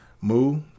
Mu